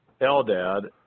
Eldad